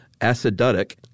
acidotic